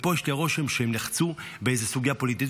ופה יש לי הרושם שהם נחצו באיזו סוגיה פוליטית.